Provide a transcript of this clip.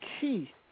key